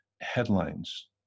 headlines